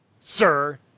Sir